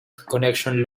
connection